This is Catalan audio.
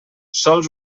sols